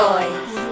Boys